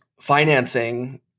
financing